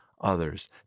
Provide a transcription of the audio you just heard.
others